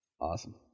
Awesome